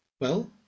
Well